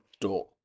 door